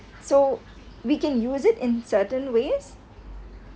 so we can use it in certain ways